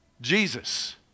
Jesus